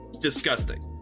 disgusting